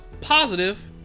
positive